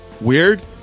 Weird